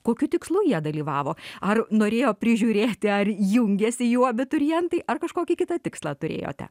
kokiu tikslu jie dalyvavo ar norėjo prižiūrėti ar jungiasi jų abiturientai ar kažkokį kitą tikslą turėjote